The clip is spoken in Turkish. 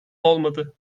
olmadı